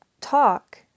talk